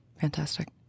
Fantastic